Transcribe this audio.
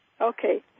Okay